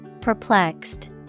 Perplexed